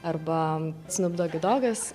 arba snup dogi dogas